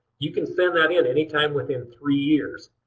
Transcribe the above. you can send that in any time within three years.